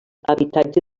habitatge